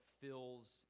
fills